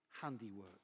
handiwork